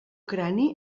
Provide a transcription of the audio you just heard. crani